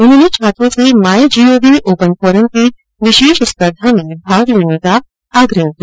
उन्होंने छात्रों से माई जीओवी ओपन फोरम की विशेष स्पर्धा में भाग लेने का आग्रह किया